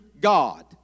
God